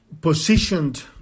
positioned